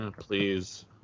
please